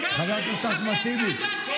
חבר הכנסת אחמד טיבי.